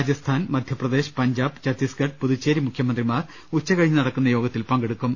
രാജസ്ഥാൻ മധ്യപ്രദേശ് പഞ്ചാബ് ഛത്തീസ്ഗഡ് പുതുച്ചേരി മുഖ്യമന്ത്രി മാർ ഉച്ച്കഴിഞ്ഞ് നടക്കുന്ന യോഗത്തിൽ പങ്കെടുക്കും